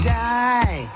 die